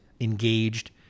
Engaged